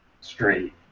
straight